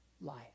life